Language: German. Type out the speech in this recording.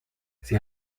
sie